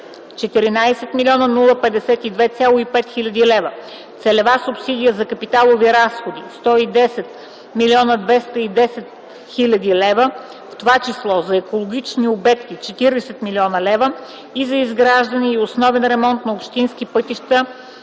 14 млн. 052,5 хил. лв., целева субсидия за капиталови разходи 110 млн. 210 хил. лв., в това число за екологични обекти 40 млн. лв. и за изграждане и основен ремонт на общински пътища